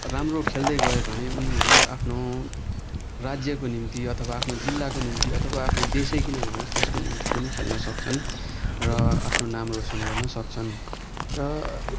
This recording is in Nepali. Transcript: राम्रो खेल्दै गयो भने उनीहरू आफ्नो राज्यको निम्ति अथवा आफ्नो जिल्लाको निम्ति अथवा आफ्नो देशै किन नहोस् त्यसको निम्ति पनि खेल्न सक्छन् र आफ्नो नाम रोसन गर्न सक्छन् र